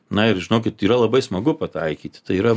na ir žinokit yra labai smagu pataikyti tai yra